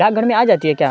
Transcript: ڈاک گھر میں آ جاتی ہے کیا